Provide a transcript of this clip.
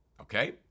Okay